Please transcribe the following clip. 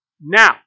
Now